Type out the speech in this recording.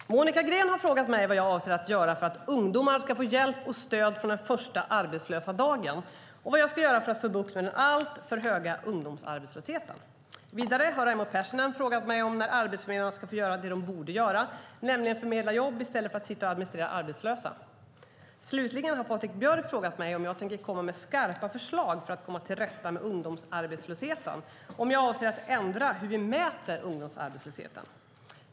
Fru talman! Monica Green har frågat mig vad jag avser att göra för att ungdomar ska få hjälp och stöd från den första arbetslösa dagen och vad jag ska göra för att få bukt med den alltför höga ungdomsarbetslösheten. Vidare har Raimo Pärssinen frågat mig när arbetsförmedlarna ska få göra det de borde göra, nämligen förmedla jobb, i stället för att sitta och administrera arbetslösa. Slutligen har Patrik Björck frågat mig om jag tänker komma med skarpa förslag för att komma till rätta med ungdomsarbetslösheten och om jag avser att ändra hur vi mäter ungdomsarbetslösheten.